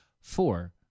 four